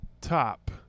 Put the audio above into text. Top